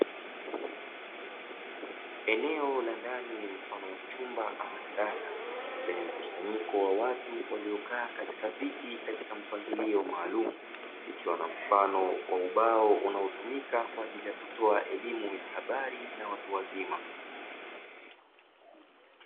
Eneo la ndani mfano wa chumba ama darasa lenye mkusanyiko wa watu waliokaa katika viti katika mpangilio maalumu, ikiwa na mfano wa ubao unaotumika kwa ajili ya kutoa elimu ya habari na watu wazima.